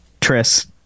Tris